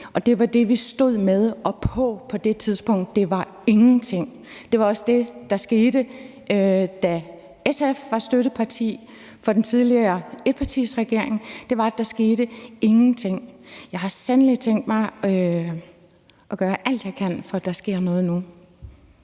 og det var det, vi stod med på det tidspunkt: Det var ingenting. Det var også det, der skete, da SF var støtteparti for den tidligere etpartiregering. Det var, at der skete ingenting. Jeg har sandelig tænkt mig at gøre alt, jeg kan, for, at der sker noget nu.